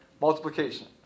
Multiplication